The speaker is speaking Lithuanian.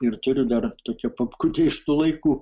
ir turiu dar tokią papkutę iš tų laikų